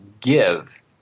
give